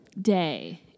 day